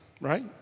right